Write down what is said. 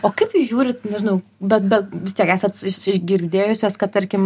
o kaip jūs žiūrit nežinau bet bet vis tiek esat iš girdėjusios kad tarkim